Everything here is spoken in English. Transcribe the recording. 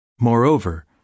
Moreover